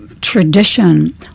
tradition